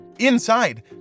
Inside